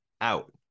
out